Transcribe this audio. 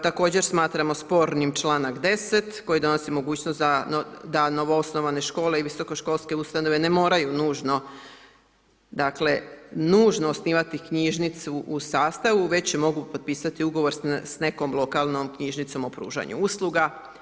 Također smatramo spornim čl. 10. koji donosi mogućnost da novo osnovane škole i visokoškolske ustanove ne moraju nužno dakle, nužno osnivati knjižnicu u sastavu već mogu potpisati ugovor s nekom lokalnom knjižnicom o pružanju usluga.